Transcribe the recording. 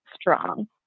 strong